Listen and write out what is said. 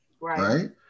right